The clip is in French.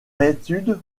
étude